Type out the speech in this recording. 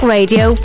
Radio